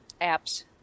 apps